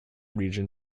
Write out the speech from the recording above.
region